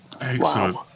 Excellent